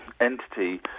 entity